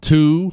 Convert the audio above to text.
Two